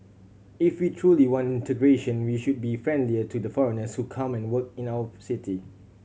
if we truly want integration we should be friendlier to the foreigners who come and work in our city